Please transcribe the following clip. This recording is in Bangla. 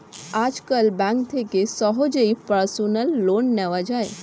আজকাল ব্যাঙ্ক থেকে সহজেই পার্সোনাল লোন নেওয়া যায়